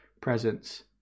presence